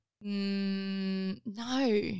no